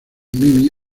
mimi